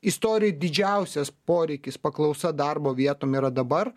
istorijoj didžiausias poreikis paklausa darbo vietom yra dabar